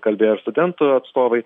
kalbėjo ir studentų atstovai